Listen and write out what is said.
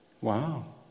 Wow